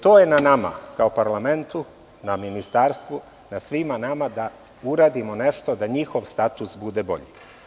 To je na nama kao parlamentu, na ministarstvu, na svima nama da uradimo nešto kako bi njihov status bio bolji.